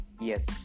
Yes